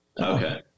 Okay